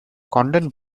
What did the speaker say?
condon